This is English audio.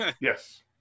yes